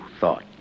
thought